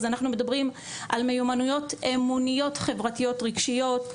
אז אנחנו מדברים על מיומנויות אמוניות חברתיות רגשיות,